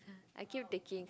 I keep taking